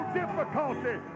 difficulty